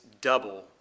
double